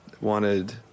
wanted